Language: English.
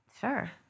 Sure